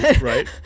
Right